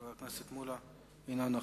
חבר הכנסת מולה, אינו נוכח.